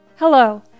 Hello